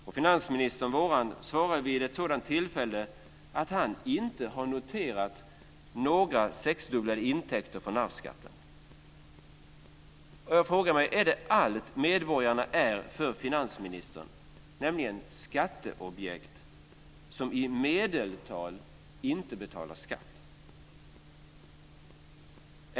Vår finansminister svarade vid ett sådant tillfälle att han inte har noterat några sexdubblade intäkter från arvsskatten. Jag frågar mig: Är det allt som medborgarna är för finansministern - bara skatteobjekt som i medeltal inte betalar skatt?